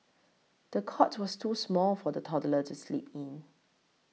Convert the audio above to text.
the cot was too small for the toddler to sleep in